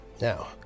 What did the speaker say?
Now